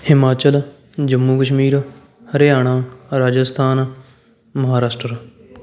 Himachal Jammu Kashmir Haryana Rajasthan Maharashtra